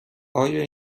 آیا